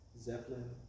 Zeppelin